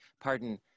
Pardon